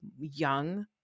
young